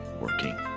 working